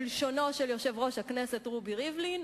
בלשונו של יושב-ראש הכנסת רובי ריבלין,